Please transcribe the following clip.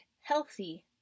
healthy